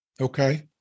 Okay